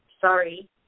sorry